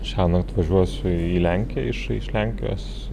šiąnakt važiuosiu į lenkiją iš lenkijos